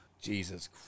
Jesus